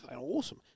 awesome